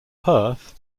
perth